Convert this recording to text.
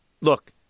look